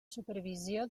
supervisió